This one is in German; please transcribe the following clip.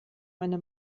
meine